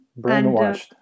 Brainwashed